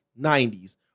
90s